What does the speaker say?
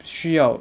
需要